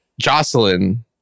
Jocelyn